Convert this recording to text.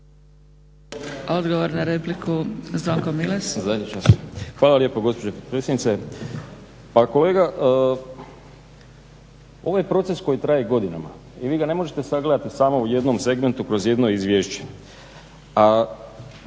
Odgovor na repliku Zvonko Milas.